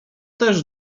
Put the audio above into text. też